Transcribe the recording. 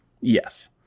yes